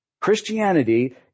Christianity